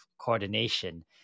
coordination